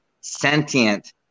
sentient